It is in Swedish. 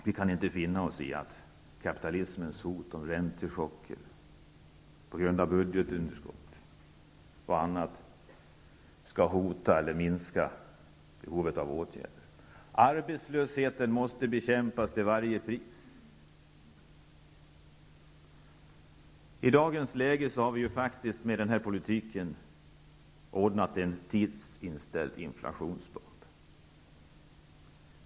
Vi kan inte finna oss i att kapitalismens hot om räntechocker på grund av budgetunderskott och annat skall minska antalet åtgärder. Arbetslösheten måste bekämpas till varje pris. I dagens läge har man med denna politik ordnat en tidsinställd inflationsbomb.